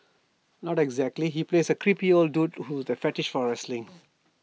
not exactly he plays A creepy old dude with A fetish for wrestling